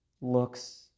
looks